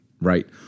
right